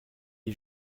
est